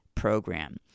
Program